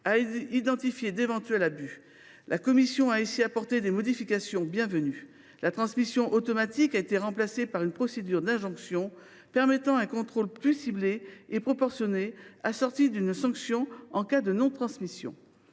à identifier d’éventuels abus. La commission a ici apporté des modifications bienvenues : la transmission automatique a été remplacée par une procédure d’injonction, ce qui permet un contrôle plus ciblé et proportionné, assorti d’une sanction en cas de non transmission.